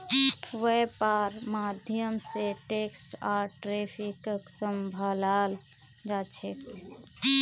वैपार्र माध्यम से टैक्स आर ट्रैफिकक सम्भलाल जा छे